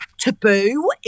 taboo